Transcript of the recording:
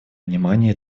внимание